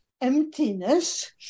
emptiness